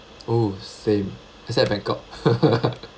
oh same except bangkok